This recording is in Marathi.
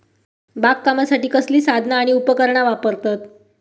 बागकामासाठी कसली साधना आणि उपकरणा वापरतत?